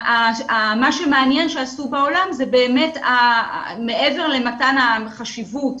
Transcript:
מה שמעניין שעשו בעולם זה באמת מעבר למתן החשיבות,